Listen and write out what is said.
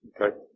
Okay